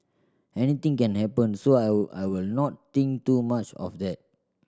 anything can happen so I I will not think too much of that